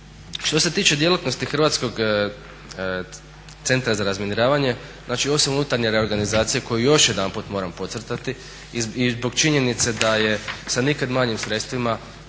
Što se tiče djelatnosti HCZR-a znači osim unutarnje reorganizacije koju još jedanput moram podcrtati i zbog činjenice da je sa nikad manjim sredstvima